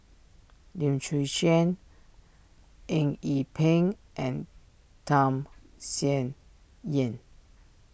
Lim Chwee Chian Eng Yee Peng and Tham Sien Yen